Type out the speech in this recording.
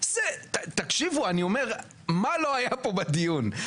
מה לא היה פה בדיון?